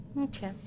Okay